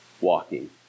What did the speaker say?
walking